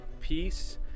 peace